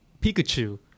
Pikachu